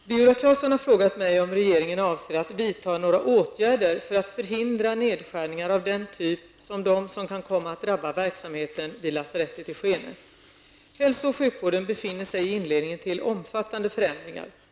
Herr talman! Viola Claesson har frågat mig om regeringen avser att vidta några åtgärder för att förhindra nedskärningar av den typ som dem som kan komma att drabba verksamheten vid lasarettet i Skene. Hälso och sjukvården befinner sig i inledningen till omfattande förändringar.